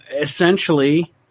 essentially